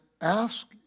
ask